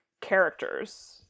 characters